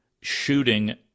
shooting